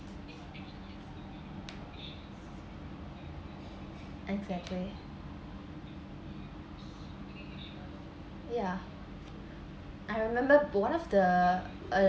exactly yeah I remember one of the uh